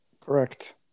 correct